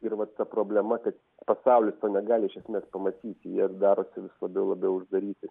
ir vat ta problema kad pasaulis to negali iš esmės pamatyti jie darosi vis labiau labiau uždaryti